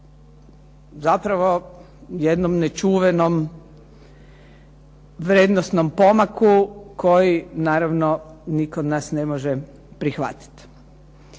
zapravo jednom nečuvenom vrijednosnom pomaku koji naravno nitko od nas ne može prihvatiti.